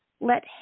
Let